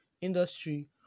industry